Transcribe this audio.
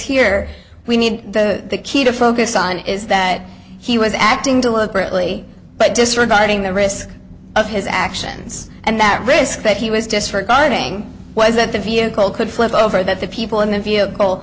here we need the key to focus on is that he was acting deliberately but disregarding the risk of his actions and that risk that he was disregarding was that the vehicle could flip over that the people in the vehicle